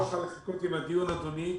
אני לא אוכל לחכות עם הדיון, אדוני,